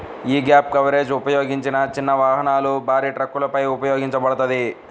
యీ gap coverage ఉపయోగించిన చిన్న వాహనాలు, భారీ ట్రక్కులపై ఉపయోగించబడతది